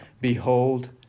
Behold